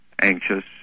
anxious